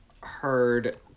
heard